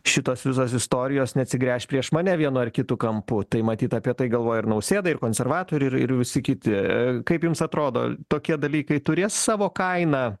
šitos visos istorijos neatsigręš prieš mane vienu ar kitu kampu tai matyt apie tai galvoja ir nausėda ir konservatoriai ir ir visi kiti kaip jums atrodo tokie dalykai turės savo kainą